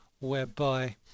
whereby